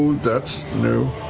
that's new.